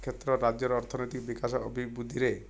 କ୍ଷେତ୍ର ରାଜ୍ୟର ଅର୍ଥନୈତିକ ବିକାଶ ଅଭିବୃଦ୍ଧିରେ